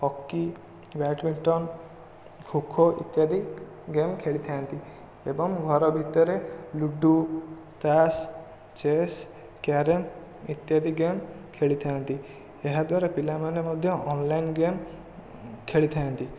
hockey badminton kho kho ଇତ୍ୟାଦି game ଖେଳିଥାନ୍ତି ଏବଂ ଘର ଭିତରେ ଲୁଡୁ ତାସ୍ ଚେସ୍ କ୍ୟାରେମ୍ ଇତ୍ୟାଦି ଗେମ୍ ଖେଳିଥାନ୍ତି ଏହାଦ୍ୱାରା ପିଲାମାନେ ମଧ୍ୟ ଅନଲାଇନ୍ ଗେମ୍ ଖେଳିଥାନ୍ତି